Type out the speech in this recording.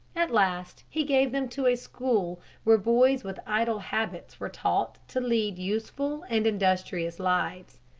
at last he gave them to a school where boys with idle habits were taught to lead useful and industrious lives.